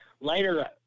later